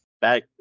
Back